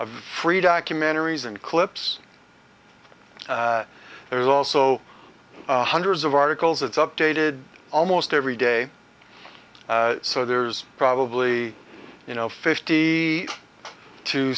of free documentaries and clips there's also hundreds of articles it's updated almost every day so there's probably you know fifty to